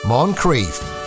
Moncrief